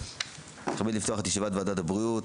אני מתכבד לפתוח את ישיבת ועדת הבריאות.